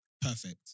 perfect